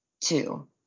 Two